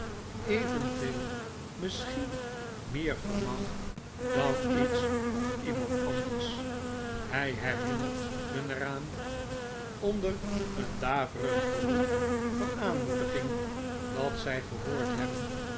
evenveel misschien meer vermag dan iets of iemand anders hij herinnert hun er aan onder een daverend geroep van aanmoedlging dat zij gehoord hebben